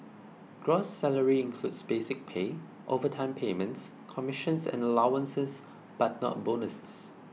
gross salary includes basic pay overtime payments commissions and allowances but not bonuses